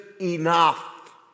enough